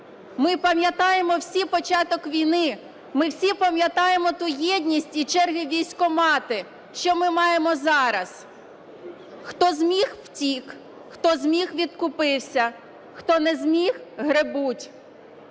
Ми пам'ятаємо всі початок війни, ми всі пам'ятаємо ту єдність і черги у військкомати. Що ми маємо зараз? Хто зміг – втік, хто зміг – відкупився, хто не зміг – гребуть.